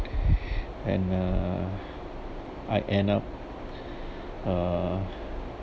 and uh I end up uh